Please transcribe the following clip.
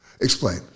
Explain